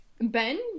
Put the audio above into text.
Ben